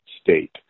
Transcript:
state